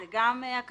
זה גם הקצין